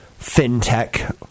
fintech